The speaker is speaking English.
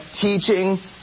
teaching